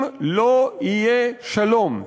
אם לא יהיה שלום,